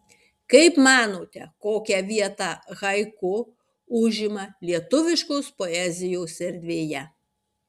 kaip manote kokią vietą haiku užima lietuviškos poezijos erdvėje